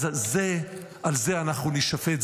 אז על זה אנחנו נישפט.